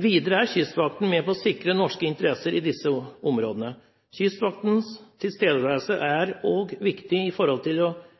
Videre er Kystvakten med på å sikre norske interesser i disse områdene. Kystvaktens tilstedeværelse er også viktig for sikkerheten til fiskere og andre i